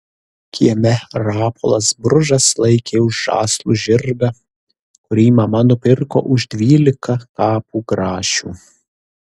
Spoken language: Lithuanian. kieme rapolas bružas laikė už žąslų žirgą kurį mama nupirko už dvylika kapų grašių